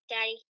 Daddy